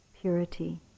purity